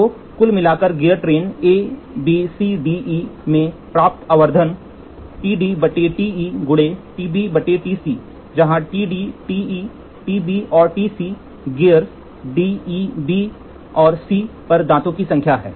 तो कुल मिलाकर gear train A B C D E में प्राप्त आवर्धन जहाँ TD TE TB और TC gears D E B and C पर दांतों की संख्या है